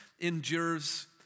endures